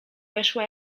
weszła